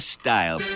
style